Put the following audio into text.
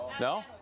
no